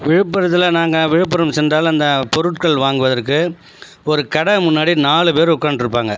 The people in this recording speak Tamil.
விழுப்புரத்தில் நாங்கள் விழுப்புரம் சென்றால் இந்த பொருட்கள் வாங்குவதற்கு ஒரு கடை முன்னாடி நாலு பேர் உக்காண்ட்டிருப்பாங்க